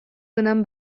гынан